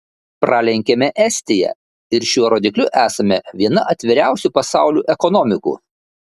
pralenkėme estiją ir šiuo rodikliu esame viena atviriausių pasaulių ekonomikų